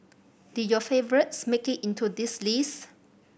did your favourites make it into this list